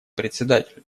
председатель